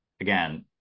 again